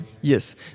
Yes